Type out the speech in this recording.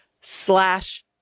slash